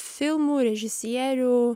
filmų režisierių